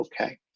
okay